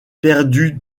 perdue